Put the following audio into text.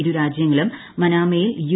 ഇരു രാജൃങ്ങളും മനാമയിൽ യു